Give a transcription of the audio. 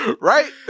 Right